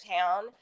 town